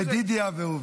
בדידי הווה עובדא.